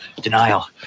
denial